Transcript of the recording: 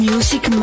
Music